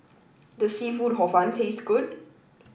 does seafood hor fun taste good